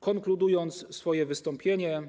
Konkluzja mojego wystąpienia: